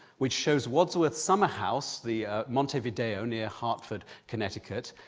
which shows wadsworth's summer house, the montevideo near hartford, connecticut,